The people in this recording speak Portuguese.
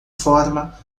forma